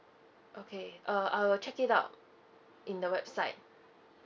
okay uh I'll check it out in the website